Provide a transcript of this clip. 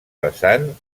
vessant